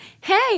Hey